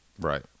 right